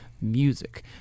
music